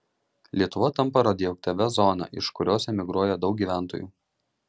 lietuva tampa radioaktyvia zona iš kurios emigruoja daug gyventojų